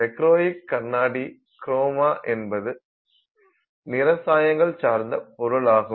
dichroic கண்ணாடி chroma என்பது நிற சாயங்கள் சார்ந்த பொருளாகும்